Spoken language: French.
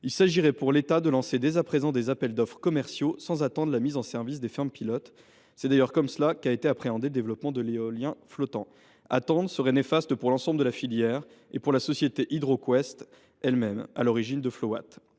Il s’agirait pour l’État de lancer dès à présent des appels d’offres commerciaux, sans attendre les mises en service des fermes pilotes. C’est d’ailleurs ainsi qu’a été appréhendé le développement de l’éolien flottant. Attendre serait néfaste pour l’ensemble de la filière et pour la société HydroQuest elle même, à l’origine de FloWatt.